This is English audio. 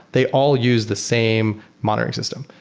they all use the same monitoring system,